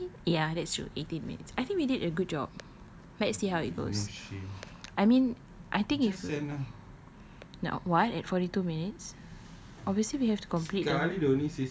eighteen ya that's true eighteen minutes I think we did a good job let's see how it goes I mean I think if you now what at forty two minutes obviously we have to complete the